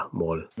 mall